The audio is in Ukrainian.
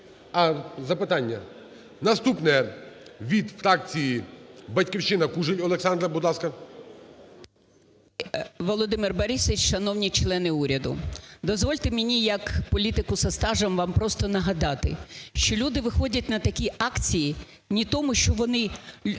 А, запитання наступне від фракції "Батьківщина". Кужель Олександра, будь ласка. 10:31:23 КУЖЕЛЬ О.В. Володимир Борисович, шановні члени уряду! Дозвольте мені як політику зі стажем вам просто нагадати, що люди виходять на такі акції не тому, що вони